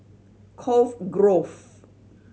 Cove Grove